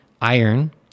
iron